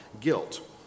guilt